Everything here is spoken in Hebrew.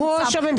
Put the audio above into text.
הוא לא ראש הממשלה.